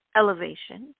elevation